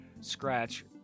scratch